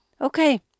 Okay